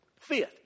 Fifth